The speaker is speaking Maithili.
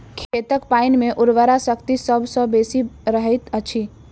खेतक पाइन मे उर्वरा शक्ति सभ सॅ बेसी रहैत अछि